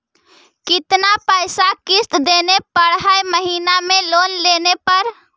कितना पैसा किस्त देने पड़ है महीना में लोन लेने पर?